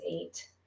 eight